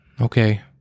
okay